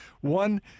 One